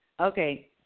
Okay